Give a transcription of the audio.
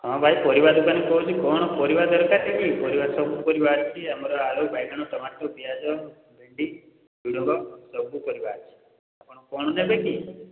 ହଁ ଭାଇ ପରିବା ଦୋକାନୀ କହୁଛି କ'ଣ ପରିବା ଦରକାର ଥିଲା କି ପରିବା ସବୁ ପରିବା ଅଛି ଆମର ଆଳୁ ବାଇଗଣ ଟମାଟୋ ପିଆଜ ଭେଣ୍ଡି ଝୁଡ଼ଙ୍ଗ ସବୁ ପରିବା ଅଛି ଆପଣ କ'ଣ ନେବେ କି